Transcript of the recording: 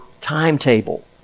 timetable